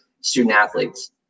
student-athletes